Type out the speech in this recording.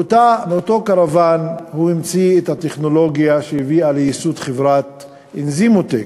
מאותו קרוון הוא המציא את הטכנולוגיה שהביאה לייסוד חברת "אנזימוטק",